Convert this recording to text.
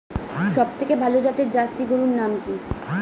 সবথেকে ভালো জাতের জার্সি গরুর নাম কি?